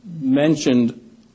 mentioned